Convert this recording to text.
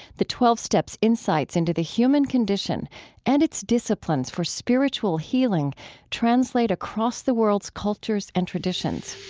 the twelve steps' insights into the human condition and its disciplines for spiritual healing translate across the world's cultures and traditions